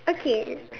okay